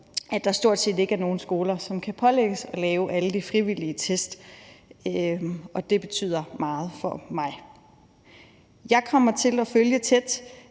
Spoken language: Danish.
at der stort set ikke er nogen skoler, som kan pålægges at lave alle de frivillige test, og det betyder meget for mig. Jeg kommer til at følge det